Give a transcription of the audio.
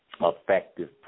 effective